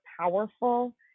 powerful